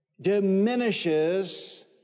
diminishes